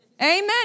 Amen